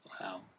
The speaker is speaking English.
Wow